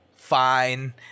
Fine